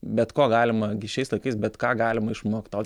bet ko galima gi šiais laikais bet ką galima išmokt o